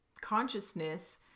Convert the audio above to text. consciousness